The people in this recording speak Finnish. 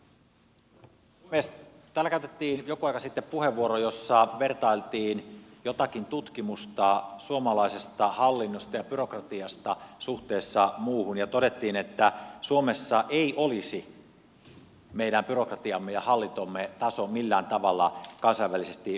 täällä käytettiin joku aika sitten puheenvuoro jossa vertailtiin jotakin tutkimusta suomalaisesta hallinnosta ja byrokratiasta suhteessa muuhun ja todettiin että suomessa ei olisi meidän byrokratiamme ja hallintomme taso millään tavalla kansainvälisesti poikkeava